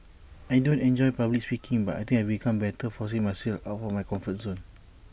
I don't enjoy public speaking but I think I've become better forcing myself out of my comfort zone